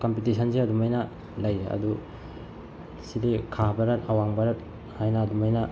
ꯀꯝꯄꯤꯇꯤꯁꯟꯁꯦ ꯑꯗꯨꯃꯥꯏꯅ ꯂꯩꯔꯦ ꯑꯗꯨ ꯁꯤꯗꯤ ꯈꯥ ꯚꯥꯔꯠ ꯑꯋꯥꯡ ꯚꯥꯔꯠ ꯍꯥꯏꯅ ꯑꯗꯨꯃꯥꯏꯅ